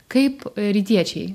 kaip rytiečiai